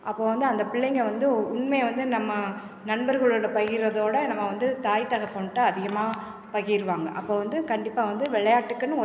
அப்போ வந்து அந்த பிள்ளைங்கள் வந்து ஒ உண்மையை வந்து நம்ம நண்பர்களோட பகிர்கிறதோட நம்ம வந்து தாய் தகப்பன்கிட்ட அதிகமாக பகிர்வாங்கள் அப்போ வந்து கண்டிப்பாக வந்து விளையாட்டுக்குன்னு ஒரு